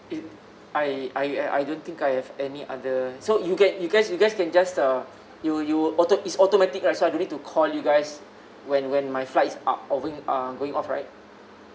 if I I I~ I don't think I have any other so you get you guys you guys can just uh you'll you'll auto~ it's automatic right so I don't need to call you guys when when my flights out uh going off right